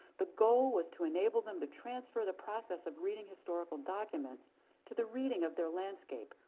the goal was to enable them to transfer the process of reading historical documents to the reading of their landscape.